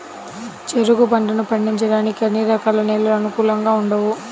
చెరుకు పంటను పండించడానికి అన్ని రకాల నేలలు అనుకూలంగా ఉండవు